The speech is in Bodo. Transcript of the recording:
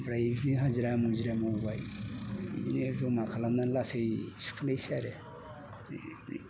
ओमफ्राय हाजिरा मुजिरा मावबाय जमा खालायनानै लासै सुख'नायसै आरो